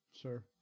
Sure